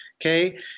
Okay